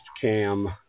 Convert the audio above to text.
cam